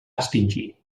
extingir